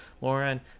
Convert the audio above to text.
lauren